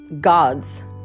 gods